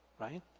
Right